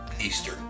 Easter